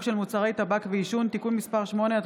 של מוצרי טבק ועישון (תיקון מס' 8),